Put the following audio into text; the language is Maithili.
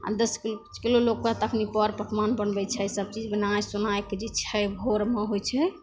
आओर दस पॉँच किलो तखनी पर पकमान बनबै छै सबचीज बनै सोनैके जे छै भोरमे होइ छै